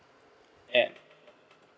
uh